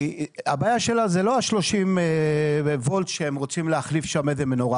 הבעיה שלה זה לא ה-30 ולט שהם רוצים להחליף שם איזו מנורה.